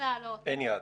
אין יעד.